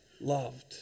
loved